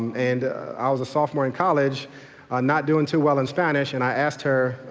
and i was a sophomore in college not doing too well in spanish and i asked her,